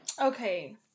Okay